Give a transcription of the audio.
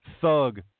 thug